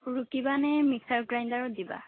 ৰোকিবা নে মিক্সাৰ গ্ৰাইণ্ডাৰত দিবা